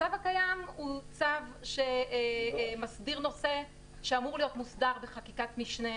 הצו הקיים הוא צו שמסדיר נושא שאמור להיות מוסדר בחקיקת משנה,